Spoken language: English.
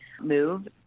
move